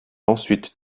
ensuite